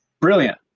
brilliant